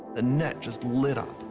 the net just lit up.